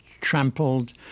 trampled